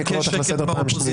אני קורא אותך לסדר פעם שנייה.